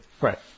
Right